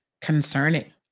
concerning